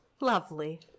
lovely